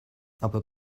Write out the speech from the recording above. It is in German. aber